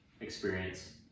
experience